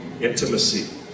Intimacy